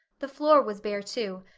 the floor was bare, too,